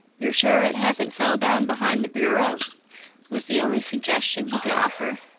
you're sure it hasn't fell down behind the bureau was the only suggestion he could offer.